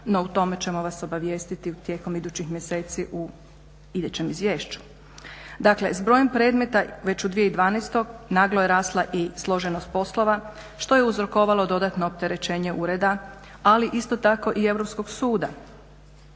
no o tome ćemo vas obavijestiti tijekom idućih mjeseci u idućem izvješću. Dakle, s brojem predmeta već u 2012., naglo je rasla i složenost poslova što je uzrokovalo dodatno opterećenje ureda, ali isto tako i Europskog suda.